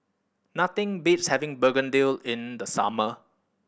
nothing beats having begedil in the summer